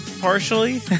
partially